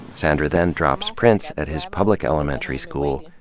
sandra then drops prince at his public elementary school,